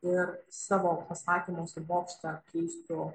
ir savo pasakymuose bokštą keistų